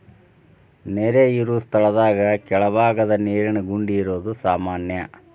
ನೇರ ಇರು ಸ್ಥಳದಾಗ ಕೆಳಬಾಗದ ನೇರಿನ ಗುಂಡಿ ಇರುದು ಸಾಮಾನ್ಯಾ